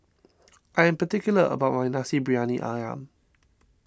I am particular about my Nasi Briyani Ayam